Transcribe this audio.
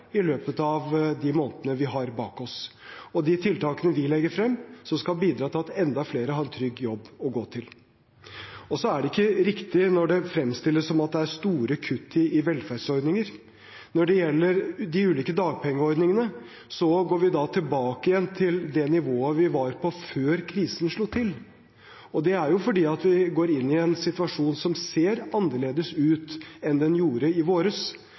i løpet av de månedene vi har bak oss. De tiltakene vi legger frem, skal bidra til at enda flere har en trygg jobb å gå til. Det er ikke riktig når det fremstilles som at det er store kutt i velferdsordninger. Når det gjelder de ulike dagpengeordningene, går vi tilbake igjen til det nivået vi var på før krisen slo til. Det er fordi vi går inn i en situasjon som ser annerledes ut enn den gjorde i vår.